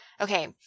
okay